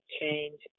change